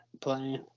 playing